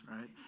right